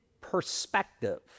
perspective